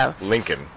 Lincoln